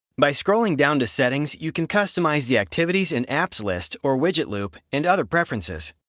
by scrolling down to settings, you can customise the activities and apps list or widget loop and other preferences.